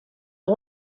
pas